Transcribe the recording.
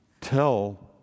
tell